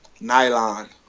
Nylon